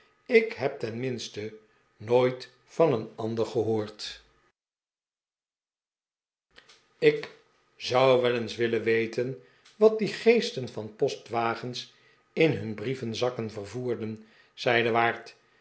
ik heb tenminste nooit van een ander gehoord ik zou wel eens willen we ten wat die geesten van postwagens in hun brievenzakken vervoeren zei de waard